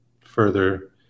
further